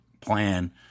plan